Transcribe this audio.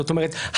זאת אומרת,